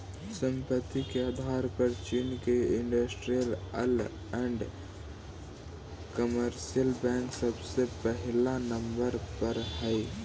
संपत्ति के आधार पर चीन के इन्डस्ट्रीअल एण्ड कमर्शियल बैंक सबसे पहिला नंबर पर हई